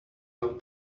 how